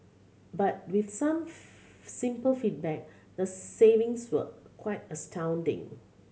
but with some simple feedback the savings were quite astounding